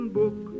book